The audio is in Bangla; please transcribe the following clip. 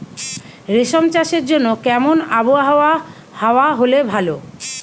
রেশম চাষের জন্য কেমন আবহাওয়া হাওয়া হলে ভালো?